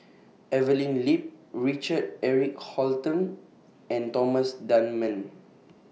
Evelyn Lip Richard Eric Holttum and Thomas Dunman